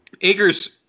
Akers